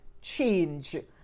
change